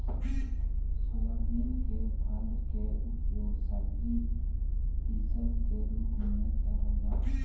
soybean के फल के उपयोग सब्जी इसब के रूप में कयल जा हई